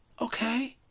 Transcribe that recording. Okay